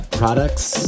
products